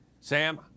Sam